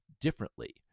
differently